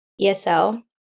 ESL